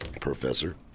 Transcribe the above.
Professor